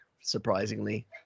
surprisingly